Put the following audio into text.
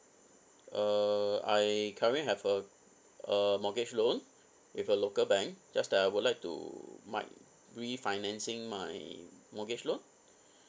uh I currently have a a mortgage loan with a local bank just that I would like to might refinancing my mortgage loan